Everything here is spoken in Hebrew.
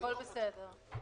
הכול בסדר.